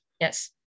Yes